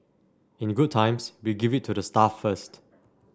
in good times we give it to the staff first